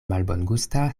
malbongusta